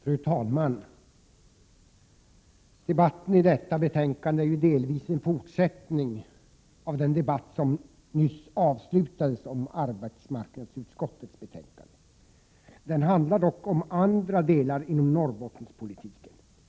Fru talman! Debatten kring detta betänkande är ju delvis en fortsättning av den debatt som nyss avslutades om arbetsmarknadsutskottets betänkande. Den handlar dock om andra delar av Norrbottenspolitiken.